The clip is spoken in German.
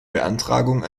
beantragung